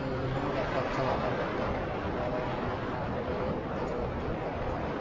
मी Lenovo लॅपटॉपचा वापर करतो माझे काम वगैरे त्याच्यावरती करण्यासाठी